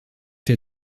der